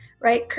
right